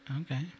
Okay